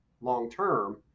long-term